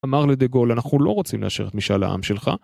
אמר לדה-גול, אנחנו לא רוצים להשאר את משאל העם שלך.